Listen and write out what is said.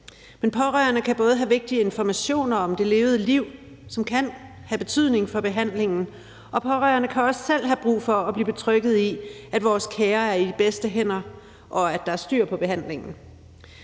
Men pårørende kan have vigtige informationer om det levede liv, som kan have betydning for behandlingen, og pårørende kan også selv have brug for at blive betrygget i, at vores kære er i de bedste hænder, og at der er styr på behandlingen.